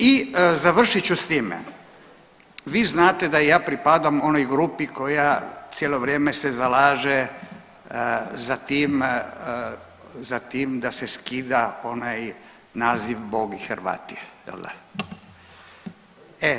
I završit ću s time, vi znate da ja pripadam onoj grupi koja cijelo vrijeme se zalaže za tim da se skida onaj naziv „Bog i Hrvati“ jel da.